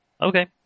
okay